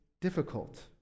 difficult